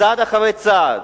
צעד אחרי צעד,